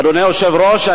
אדוני היושב-ראש,